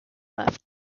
left